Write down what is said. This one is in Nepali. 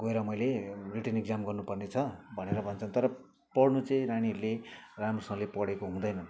गएर मैले रिटन इक्जाम गर्नु पर्नेछ भनेर भन्छन् तर पढ्नु चाहिँ नानीहरूले राम्रोसँगले पढेको हुँदैनन्